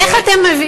איך אתם,